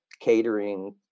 catering